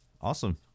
Awesome